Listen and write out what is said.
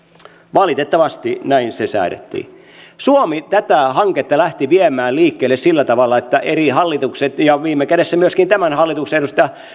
valitettavasti näin se säädettiin suomi lähti tätä hanketta viemään liikkeelle sillä tavalla että eri hallitusten ja viime kädessä myöskin tämän hallituksen edustajan